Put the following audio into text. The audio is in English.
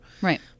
Right